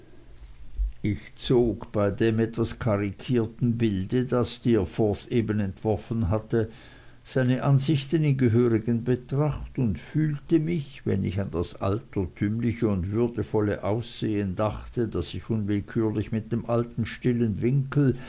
ich zog bei dem etwas karikierten bilde das steerforth eben entworfen hatte seine ansichten in gehörigen betracht und fühlte mich wenn ich an das altertümliche und würdevolle aussehen dachte das ich unwillkürlich mit dem alten stillen winkel